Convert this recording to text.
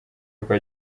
rwa